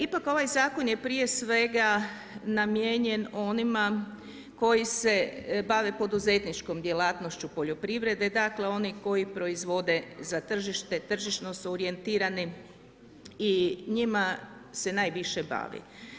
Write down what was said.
Ipak, ovaj Zakon je prije svega namijenjen onima koji se bave poduzetničkom djelatnošću poljoprivrede, dakle oni koji proizvode za tržište, tržišno su orijentirani i njima se najviše bavi.